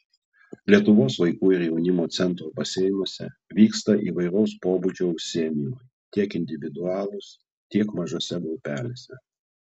lietuvos vaikų ir jaunimo centro baseinuose vyksta įvairaus pobūdžio užsiėmimai tiek individualūs tiek mažose grupelėse